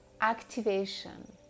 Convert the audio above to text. activation